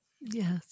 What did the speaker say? yes